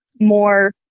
more